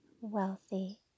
wealthy